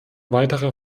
weiterer